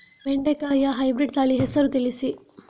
ಬೆಂಡೆಕಾಯಿಯ ಹೈಬ್ರಿಡ್ ತಳಿ ಹೆಸರು ತಿಳಿಸಿ?